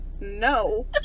No